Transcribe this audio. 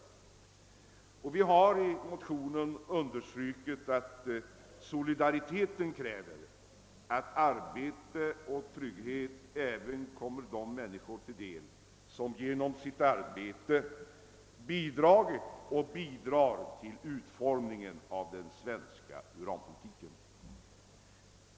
Vi har också i motionen understrukit att solidariteten kräver att arbete och trygghet kommer även de människor till del, som genom sitt arbete bidragit och bidrar till utformningen av den svenska uranpolitiken.